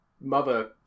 mother